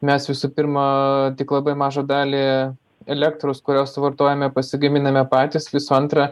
mes visų pirma tik labai mažą dalį elektros kurią suvartojame pasigaminame patys visų antra